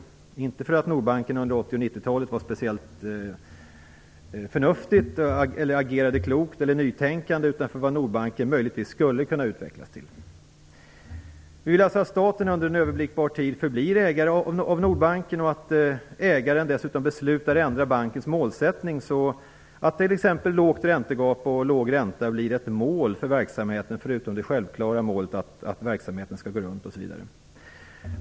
Det tycker vi inte därför att man på Nordbanken under 80 och 90-talet var speciellt förnuftig eller agerande klokt eller nytänkande, utan för vad Nordbanken möjligtvis skulle kunna utvecklas till. Vi vill att staten under en överblickbar tid förblir ägare av Nordbanken och att ägaren dessutom beslutar ändra bankens målsättning så att t.ex. litet räntegap och låg ränta blir ett mål för verksamheten, förutom det självklara målet att verksamheten skall gå runt.